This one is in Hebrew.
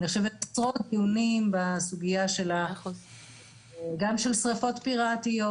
אני חושבת עשרות דיונים בסוגיה גם של שריפות פיראטיות,